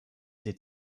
sie